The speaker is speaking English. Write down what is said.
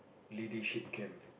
leadership camp